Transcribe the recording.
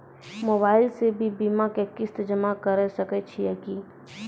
Mobile से भी बीमा के किस्त जमा करै सकैय छियै कि?